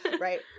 right